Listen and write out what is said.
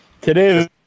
Today